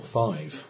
five